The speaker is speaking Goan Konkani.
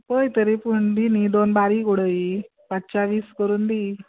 पळय तरी पूण दी न्हय दोन बारीक उडय पांचश्यां वीस करून दी